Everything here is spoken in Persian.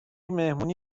مهمونی